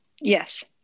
yes